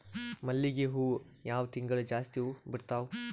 ಮಲ್ಲಿಗಿ ಹೂವು ಯಾವ ತಿಂಗಳು ಜಾಸ್ತಿ ಹೂವು ಬಿಡ್ತಾವು?